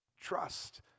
Trust